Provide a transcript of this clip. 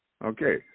Okay